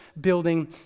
building